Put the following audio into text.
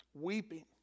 weeping